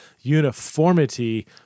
uniformity